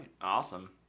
awesome